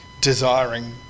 desiring